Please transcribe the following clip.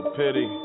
pity